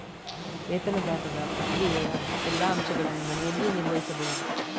ವೇತನದಾರರ ಪ್ರಕ್ರಿಯೆಯ ಎಲ್ಲಾ ಅಂಶಗಳನ್ನು ಮನೆಯಲ್ಲಿಯೇ ನಿರ್ವಹಿಸಬಹುದು